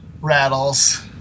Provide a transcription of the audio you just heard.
rattles